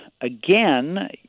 again